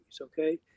okay